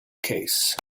case